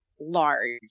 large